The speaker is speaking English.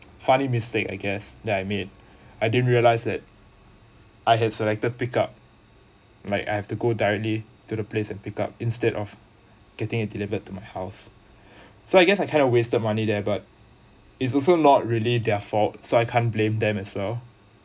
funny mistake I guess that I made I didn't realize that I had selected pick up might I have to go directly to the place and pick up instead of getting it delivered to my house so I guess I kind of wasted money there but it's also not really their fault so I can't blame them as well